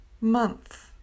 month